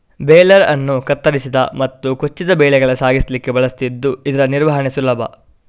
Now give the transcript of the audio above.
baler ಅನ್ನು ಕತ್ತರಿಸಿದ ಮತ್ತು ಕೊಚ್ಚಿದ ಬೆಳೆಗಳ ಸಾಗಿಸ್ಲಿಕ್ಕೆ ಬಳಸ್ತಿದ್ದು ಇದ್ರ ನಿರ್ವಹಣೆ ಸುಲಭ